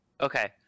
Okay